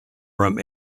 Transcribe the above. from